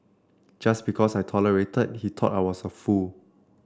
just because I tolerated he thought I was a fool